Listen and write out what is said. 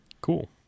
Cool